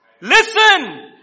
Listen